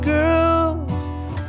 Girls